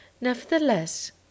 Nevertheless